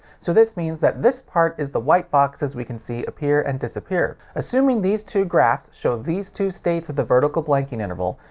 so this means that this part is the white boxes we can see appear and disappear. assuming these two graphs show these two states of the vertical blanking interval,